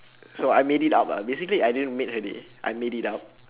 so I made it up lah basically I didn't make her day I made it up